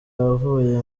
yavuye